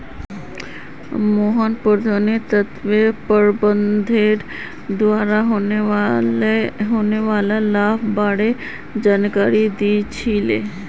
मोहन पोषण तत्व प्रबंधनेर द्वारा होने वाला लाभेर बार जानकारी दी छि ले